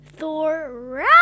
Thor